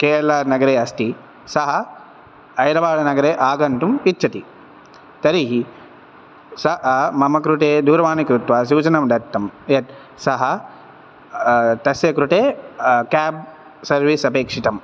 केरलनगरे अस्ति सः हैदरबाड् नगरे आगन्तुम् इच्छति तर्हि सः मम कृते दूरवाणि कृत्वा सूचनं दत्तं यत् सः तस्य कृते केब् सर्विस् अपेक्षितं